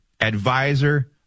advisor